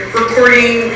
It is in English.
recording